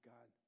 God